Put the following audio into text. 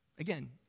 Again